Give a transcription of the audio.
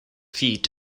feet